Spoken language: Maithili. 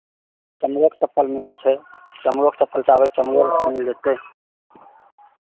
चमड़ोके चप्पल मिलै छै चमड़ोके चप्पल चाहबै चमड़ोके चप्पल मिल जेतै